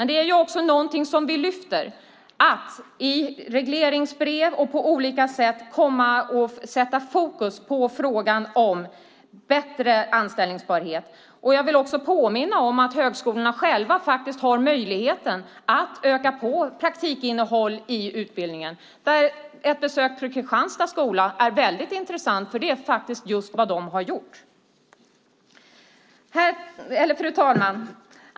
Det är också någonting som vi lyfter fram. Det handlar om att i regleringsbrev och på olika sätt sätta fokus på frågan om bättre anställningsbarhet. Jag vill också påminna om att högskolorna själva har möjligheten att öka på praktikinnehåll. Ett besök från Kristianstad högskola är väldigt intressant, eftersom det är exakt vad de har gjort. Fru talman!